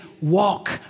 walk